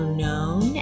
known